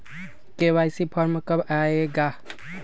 KYC form कब आए गा?